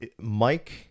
Mike